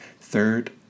Third